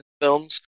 films